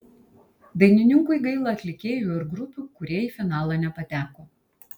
dainininkui gaila atlikėjų ir grupių kurie į finalą nepateko